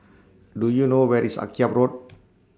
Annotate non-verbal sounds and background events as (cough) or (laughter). Do YOU know Where IS Akyab Road (noise)